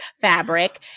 fabric